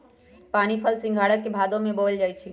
पानीफल सिंघारा के भादो में बोयल जाई छै